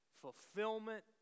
fulfillment